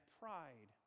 pride